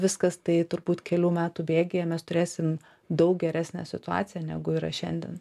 viskas tai turbūt kelių metų bėgyje mes turėsim daug geresnę situaciją negu yra šiandien